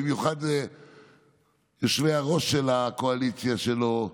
במיוחד ליושבי-ראש של הקואליציה שלו,